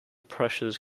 pressures